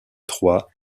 troie